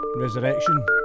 Resurrection